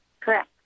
Correct